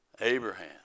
Abraham